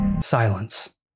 Silence